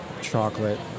chocolate